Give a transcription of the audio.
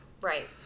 Right